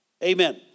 Amen